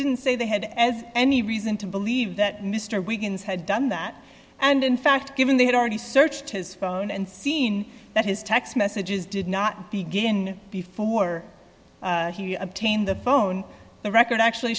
didn't say they had as any reason to believe that mr wiggins had done that and in fact given they had already searched his phone and seen that his text messages did not begin before he obtained the phone the record actually